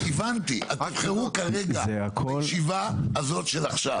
הבנתי, אז תבחרו כרגע בישיבה הזאת של עכשיו.